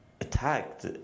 attacked